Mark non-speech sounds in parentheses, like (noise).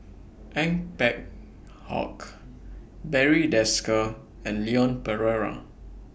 (noise) Ong Peng Hock Barry Desker and Leon Perera